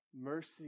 Mercy